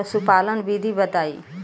पशुपालन विधि बताई?